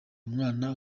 umwana